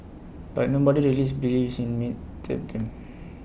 but nobody release believes in me did them